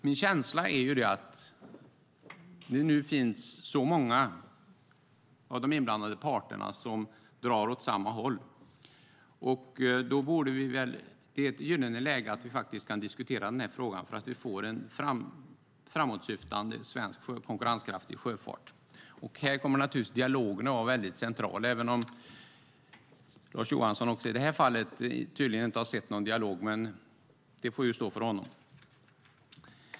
Min känsla är ju att så många av de inblandade parterna nu drar åt samma håll att det är ett gyllene läge för att vi faktiskt ska kunna diskutera den här frågan så att vi får en framåtsyftande konkurrenskraftig svensk sjöfart. Här kommer naturligtvis dialogerna att vara väldigt centrala, även om Lars Johansson tydligen inte heller i det här fallet har sett någon dialog. Men det får ju stå för honom.